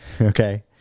Okay